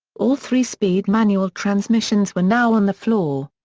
all three speed manual transmissions were now on the floor.